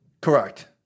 Correct